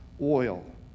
oil